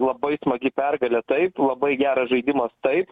labai smagi pergalė taip labai geras žaidimas taip